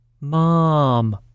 Mom